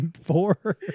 four